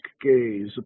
gaze